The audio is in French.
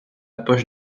poche